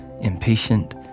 impatient